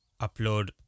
upload